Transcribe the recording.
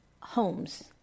homes